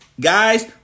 Guys